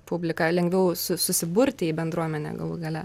publiką lengviau su susiburti į bendruomenę galų gale